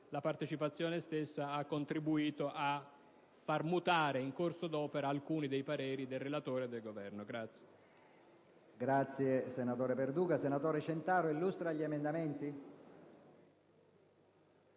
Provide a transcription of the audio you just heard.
la partecipazione stessa ha contribuito a far mutare in corso d'opera alcuni dei pareri del relatore e del Governo.